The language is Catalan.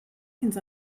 fins